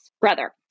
brother